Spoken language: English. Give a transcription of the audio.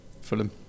Fulham